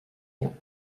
lyon